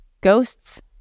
Ghosts